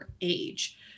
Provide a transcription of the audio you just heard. age